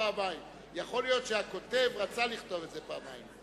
יכול להיות שהכותב רצה לכתוב את זה פעמיים.